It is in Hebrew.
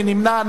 מי נמנע.